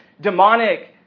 demonic